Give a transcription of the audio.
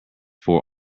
fore